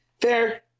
fair